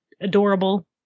adorable